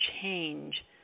change